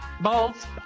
balls